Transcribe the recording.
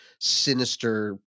sinister